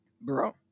bro